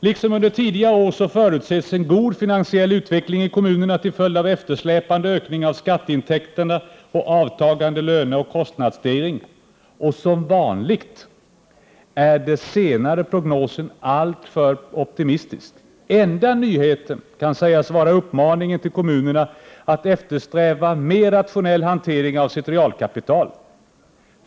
Liksom under tidigare år förutses en god finansiell utveckling i kommunerna till följd av eftersläpande ökning av skatteintäkterna och avtagande löneoch kostnadsstegring, och som vanligt är den senare prognosen alltför optimistisk. Enda nyheten kan sägas vara uppmaningen till kommunerna att eftersträva mer rationell hantering av sitt realkapital.